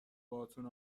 باهاتون